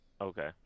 Okay